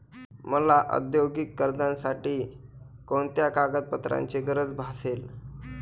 मला औद्योगिक कर्जासाठी कोणत्या कागदपत्रांची गरज भासेल?